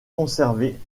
conservées